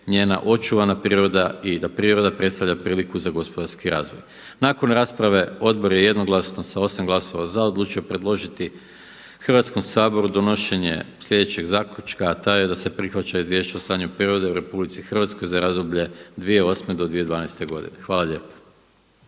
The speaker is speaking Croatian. njena očuvana priroda i da priroda predstavlja priliku za gospodarski razvoj. Nakon rasprave odbor je jednoglasno sa 8 glasova za odlučio predložiti Hrvatskom saboru donošenje sljedećeg zaključka a taj je da se prihvaća Izvješće o stanju prirode u RH za razdoblje od 2008. do 2012. godine. Hvala lijepa.